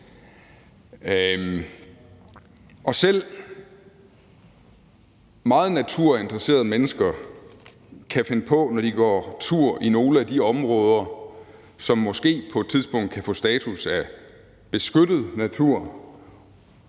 selv meget naturinteresserede mennesker kan, når de går tur i nogle af de områder, som måske på et tidspunkt kan få status af beskyttet natur,